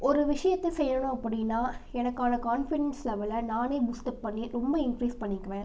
ஒரு விஷயத்த செய்யணும் அப்படின்னா எனக்கான கான்ஃபிடென்ஸ் லெவலை நானே பூஸ்ட்அப் பண்ணி ரொம்ப இன்க்ரீஸ் பண்ணிக்குவேன்